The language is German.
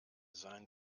sein